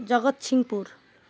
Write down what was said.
Jagatsinghpur